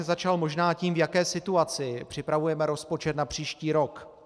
Začal bych možná tím, v jaké situaci připravujeme rozpočet na příští rok.